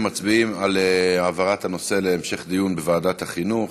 אנחנו מצביעים על העברת הנושא להמשך דיון בוועדת החינוך.